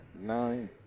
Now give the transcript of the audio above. nine